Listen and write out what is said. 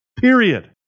Period